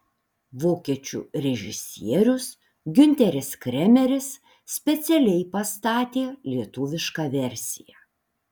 vokiečių režisierius giunteris kremeris specialiai pastatė lietuvišką versiją